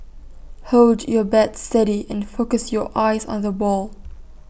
hold your bat steady and focus your eyes on the ball